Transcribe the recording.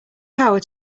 power